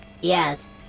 Yes